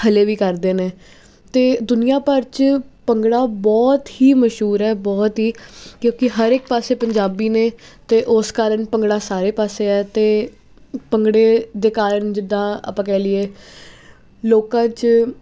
ਹਾਲੇ ਵੀ ਕਰਦੇ ਨੇ ਅਤੇ ਦੁਨੀਆ ਭਰ 'ਚ ਭੰਗੜਾ ਬਹੁਤ ਹੀ ਮਸ਼ਹੂਰ ਹੈ ਬਹੁਤ ਹੀ ਕਿਉਂਕਿ ਹਰ ਇੱਕ ਪਾਸੇ ਪੰਜਾਬੀ ਨੇ ਅਤੇ ਉਸ ਕਾਰਨ ਭੰਗੜਾ ਸਾਰੇ ਪਾਸੇ ਹੈ ਅਤੇ ਭੰਗੜੇ ਦੇ ਕਾਰਨ ਜਿੱਦਾਂ ਆਪਾਂ ਕਹਿ ਲਈਏ ਲੋਕਾਂ 'ਚ